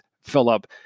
Philip